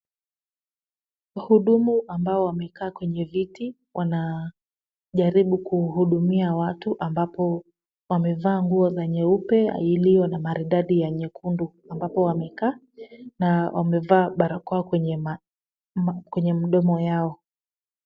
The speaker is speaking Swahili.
Wahudumu ambao wamekaa kwenye viti wanajaribu kuhudumia watu ambapo wamevaa nguo za nyeupe iliyo na maridadi ya nyekundu ambapo wamekaa na wamevaa barakoa kwenye mdomo yao.